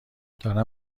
دارم